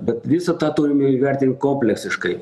bet visą tą turime įvertint kompleksiškai